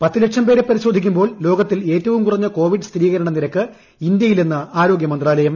പത്ത് ലക്ഷം പേരെ പരിശോധിക്കുമ്പോൾ ലോകത്തിൽ ഏറ്റവും കുറഞ്ഞ കോവിഡ് സ്ഥിരീകരണ നിരക്ക് ഇന്ത്യയിലെന്ന് ആരോഗ്യ മന്ത്രാലയം